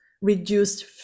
reduced